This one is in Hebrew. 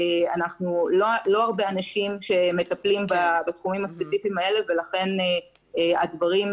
אנחנו לא הרבה אנשים שמטפלים בתחומים הספציפיים האלה ולכן הדברים,